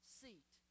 seat